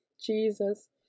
Jesus